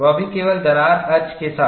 वह भी केवल दरार अक्ष के साथ